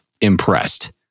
impressed